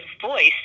voice